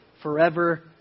Forever